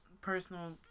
personal